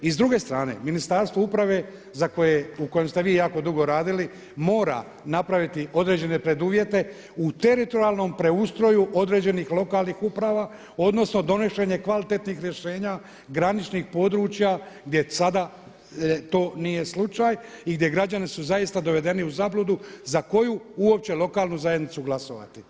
I s druge strane, Ministarstvo uprave za koje, u kojem ste vi jako dugo radili mora napraviti određene preduvjete u teritorijalnom preustroju određenih lokalnih uprava, odnosno donošenje kvalitetnih rješenja graničnih područja gdje sada to nije slučaj i gdje građani su zaista dovedeni u zabludu za koju uopće lokalnu zajednicu glasovati.